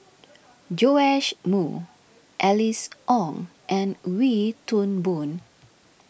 Joash Moo Alice Ong and Wee Toon Boon